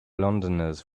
londoners